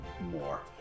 more